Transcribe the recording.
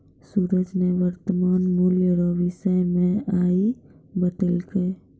सूरज ने वर्तमान मूल्य रो विषय मे आइ बतैलकै